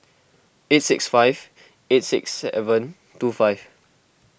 eight six five eight six seven two five